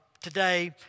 today